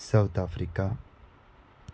South Africa